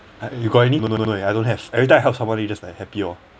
you got any no no no I don't have every time I helped somebody just like happy or